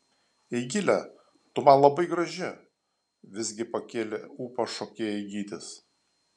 eigile tu man labai graži visgi pakėlė ūpą šokėjai gytis